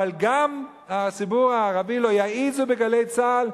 אבל גם על הציבור הערבי לא יעזו ב"גלי צה"ל".